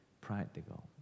practical